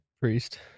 Priest